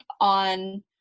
on